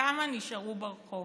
כמה נשארו ברחוב.